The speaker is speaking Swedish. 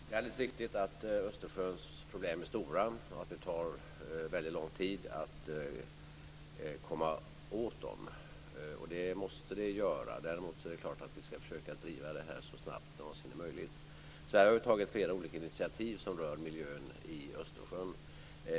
Fru talman! Det är alldeles riktigt att Östersjöns problem är stora och att det tar väldigt lång tid att komma åt dem. Och det måste det göra. Däremot är det klart att vi ska försöka driva detta så snabbt som det någonsin är möjligt. I detta sammanhang har vi tagit flera olika initiativ som rör miljön i Östersjön.